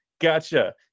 gotcha